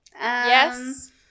Yes